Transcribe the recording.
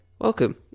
welcome